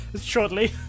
shortly